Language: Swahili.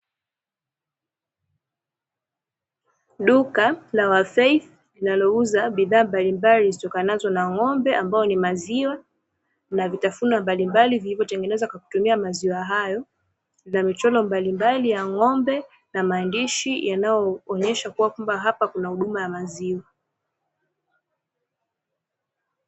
Duka la "wa Feith" linalouza bidhaa mbalimbali zitokanazo na ng'ombe ambao ni maziwa na vitafunwa mbalimbali vilivyotengenezwa kwa kutumia maziwa hayo, na michoro mbalimbali ya ng'ombe na maandishi yanayoonyesha kuwa kwamba hapa kuna huduma ya maziwa.